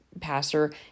pastor